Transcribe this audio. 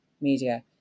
media